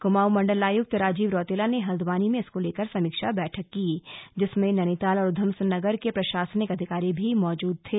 कुमाऊं मण्डल आयुक्त राजीव रौतेला ने हल्द्वानी में इसको लेकर समीक्षा बैठक की जिसमें नैनीताल और उधम सिंह नगर के प्रशासनिक अधिकारी भी मौजूद थे